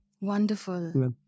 Wonderful